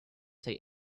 say